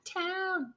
town